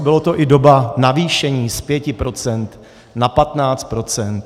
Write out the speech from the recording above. Byla to i doba navýšení z 5 % na 15 %.